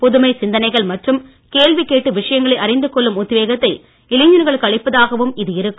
புதுமை சிந்தனைகள் மற்றும் கேள்வி கேட்டு விஷயங்களை அறிந்து கொள்ளும் உத்வேகத்தை இளைஞர்களுக்கு அளிப்பதாகவும் இது இருக்கும்